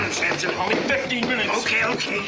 fifteen minutes. ok,